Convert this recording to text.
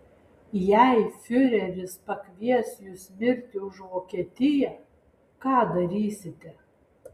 jei fiureris pakvies jus mirti už vokietiją ką darysite